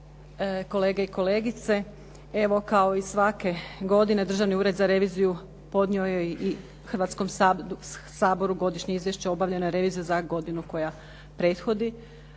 kolege i kolegice. Evo kao i svake godine Državni ured za reviziju podnio je i Hrvatskom saboru godišnje izvješće o obavljenoj reviziji za godinu koja prethodi.